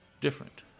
different